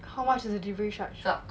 how much is the delivery charge